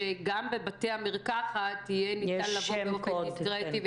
שגם בבתי המרקחת יהיה ניתן לבוא באופן דיסקרטי.